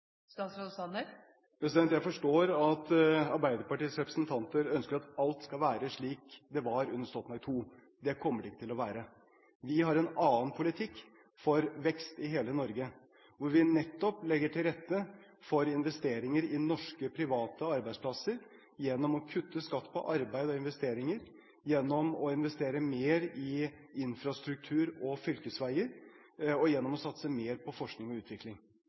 Jeg forstår at Arbeiderpartiets representanter ønsker at alt skal være slik det var under Stoltenberg II-regjeringen. Det kommer det ikke til å være. Vi har en annen politikk for vekst i hele Norge, hvor vi nettopp legger til rette for investeringer i norske private arbeidsplasser gjennom å kutte i skatt på arbeid og investeringer, gjennom å investere mer i infrastruktur og fylkesveier og gjennom å satse mer på forskning og utvikling.